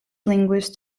linguist